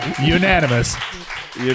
Unanimous